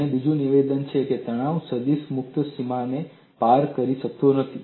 અને બીજું નિવેદન છે તણાવ સદીશ મુક્ત સીમાને પાર કરી શકતો નથી